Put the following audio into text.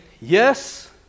yes